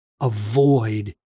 avoid